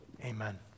Amen